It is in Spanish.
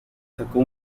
sacó